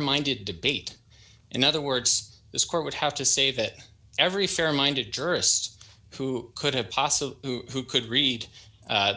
minded debate in other words this court would have to say that every fair minded jurists who could have possibly who could read